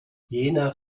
jänner